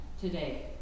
today